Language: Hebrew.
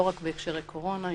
לא רק בהקשר לקורונה.